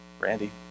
Randy